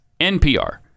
NPR